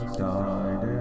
died